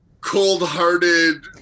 cold-hearted